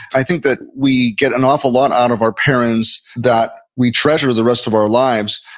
i think that we get an awful lot out of our parents that we treasure the rest of our lives,